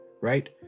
right